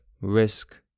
risk